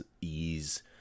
ease